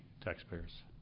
taxpayers